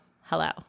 Hello